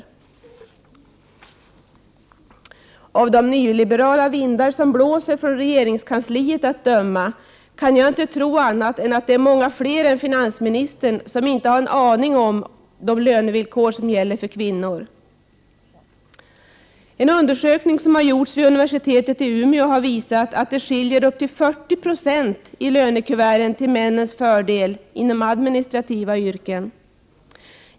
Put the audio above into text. Att döma av de nyliberala vindarna från regeringskansliet är det — jag kan inte tro annat — många fler än finansministern som inte har en aning om de lönevillkor som gäller för kvinnor. En undersökning som har gjorts vid universitetet i Umeå att det skiljer upp till 40 96 i lönekuverten till männens fördel inom administrativa yrken.